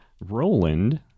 Roland